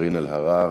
קארין אלהרר.